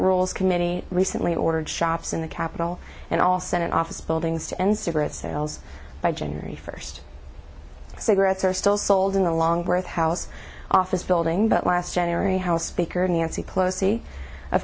rules committee recently ordered shops in the capitol and all senate office buildings to end cigarette sales by january first cigarettes are still sold in the longworth house office building but last january house speaker nancy pelosi of